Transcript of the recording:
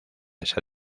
esa